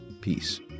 peace